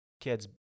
kids